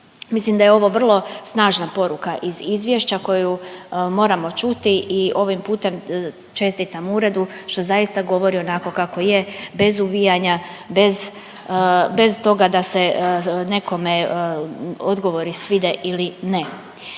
Mislim da je ovo vrlo snažna poruka iz izvješća koju moramo čuti i ovim putem čestitam uredu što zaista govori onako je, bez uvijanja, bez, bez toga da se nekome odgovori svide ili ne.